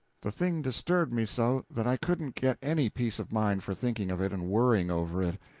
the thing disturbed me so that i couldn't get any peace of mind for thinking of it and worrying over it.